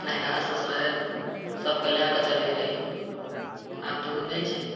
नहिरा ससुरारि सभकऽ लए कऽ चलै रहै आब तऽ ओ नहि छै